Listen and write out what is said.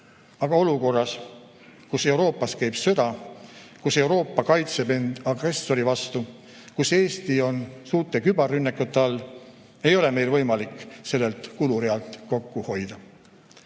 aga olukorras, kus Euroopas käib sõda, kus Euroopa kaitseb end agressori vastu ja kus Eesti on suurte küberrünnakute all, ei ole meil võimalik sellelt kulurealt kokku